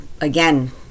again